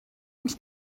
uns